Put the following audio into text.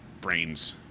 brains